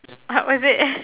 what was it